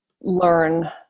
learn